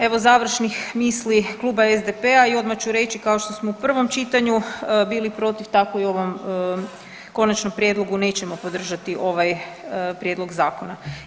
Evo završnih misli kluba SDP-a i odmah ću reći kao što smo u prvom čitanju bili protiv tako i u ovom konačnom prijedlogu nećemo podržati ovaj prijedlog zakona.